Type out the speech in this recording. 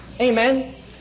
Amen